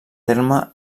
terme